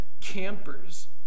campers